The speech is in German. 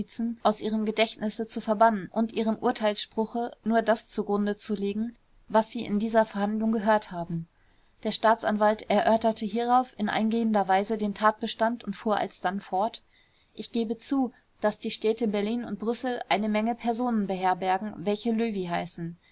aus ihrem gedächtnisse zu verbannen und ihrem urteilsspruche nur das zugrunde zu legen was sie in dieser verhandlung gehört haben der staatsanwalt erörterte hierauf in eingehender weise den tatbestand und fuhr alsdann fort ich gebe zu daß die städte berlin und brüssel eine menge personen beherbergen welche löwy heißen